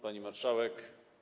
Pani Marszałek!